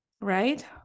right